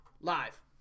live